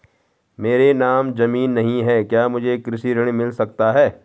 मेरे नाम ज़मीन नहीं है क्या मुझे कृषि ऋण मिल सकता है?